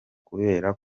kubera